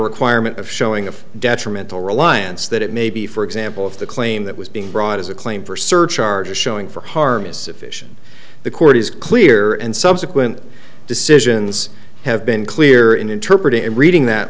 requirement of showing of detrimental reliance that it may be for example of the claim that was being brought as a claim for surcharges showing for harm is sufficient the court is clear and subsequent decisions have been clear in interpret and reading that